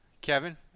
Kevin